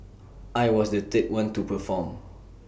I was the third one to perform